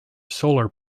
solar